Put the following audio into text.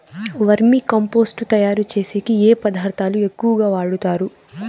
వర్మి compost తయారుచేసేకి ఏ పదార్థాలు ఎక్కువగా వాడుతారు